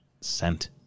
scent